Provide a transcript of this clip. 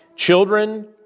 Children